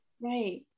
Right